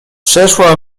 przeszła